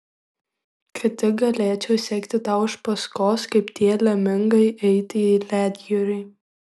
kad tik galėčiau sekti tau iš paskos kaip tie lemingai eiti į ledjūrį